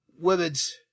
women's